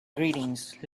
greetings